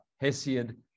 Hesiod